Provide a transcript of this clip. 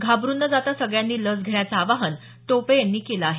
घाबरुन न जाता सगळ्यांनी लस घेण्याचं आवाहन टोपे यांनी केलं आहे